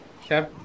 Okay